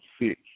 sick